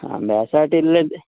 आंब्या साट इल्लें